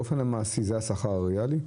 באופן מעשי זה השכר הריאלי?